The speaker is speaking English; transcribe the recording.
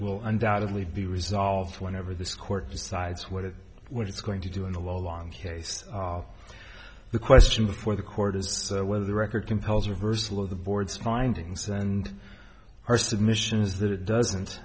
will undoubtedly be resolved whenever this court decides what it what it's going to do in the long haste the question before the court is whether the record compels reversal of the board's findings and our submission is that it doesn't